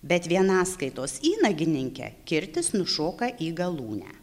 bet vienaskaitos įnagininke kirtis nušoka į galūnę